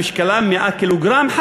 שמשקלה 100 קילוגרם,